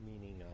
Meaning